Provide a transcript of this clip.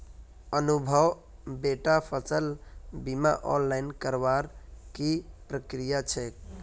अनुभव बेटा फसल बीमा ऑनलाइन करवार की प्रक्रिया छेक